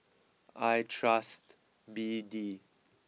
I trust B D